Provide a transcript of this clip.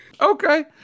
Okay